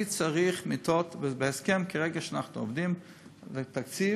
מיטות, בהסכם שכרגע אנחנו עובדים עליו לתקציב,